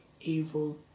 evil